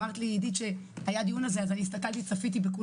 עידית, אמרת לי שהיה דיון על זה, אז צפיתי בכולו.